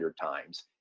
times